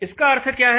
इसका अर्थ क्या है